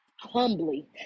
humbly